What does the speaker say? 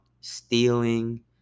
stealing